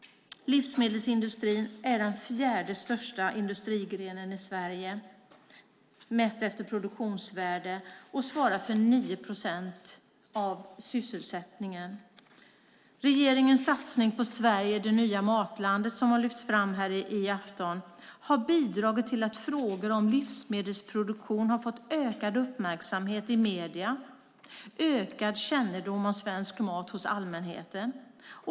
Livsmedelsindustrin är den fjärde största industrigrenen i Sverige, mätt efter produktionsvärde, och svarar för 9 procent av sysselsättningen. Regeringens satsning på Sverige - det nya matlandet, som har lyfts fram här i afton, har bidragit till att frågor om livsmedelsproduktion har fått ökad uppmärksamhet i medierna och till ökad kännedom om svensk mat hos allmänheten.